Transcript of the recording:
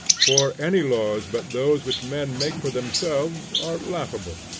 for any laws but those which men make for themselves, are laughable.